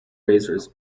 razors